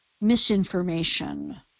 misinformation